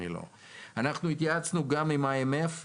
התייעצנו גם עם IMF,